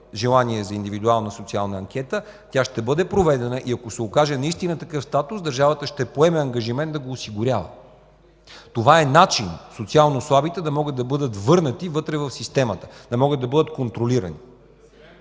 желание за индивидуална социална анкета, тя ще бъде проведена, и ако се окаже наистина такъв статус, държавата ще поеме ангажимент да го осигурява. Това е начин социално слабите да могат да бъдат върнати вътре в системата, да могат да бъдат контролирани.